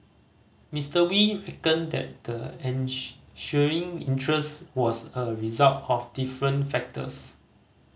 Mister Wee reckoned that the ensuing interest was a result of different factors